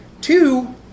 Two